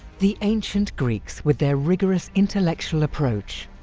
the ancient greeks, with their rigorous intellectual approach,